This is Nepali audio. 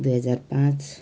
दुई हजार पाँच